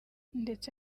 ndetse